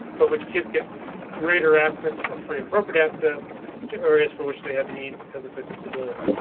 but which kids get greater access or free and appropriate access to areas for which they have needs because of a disability.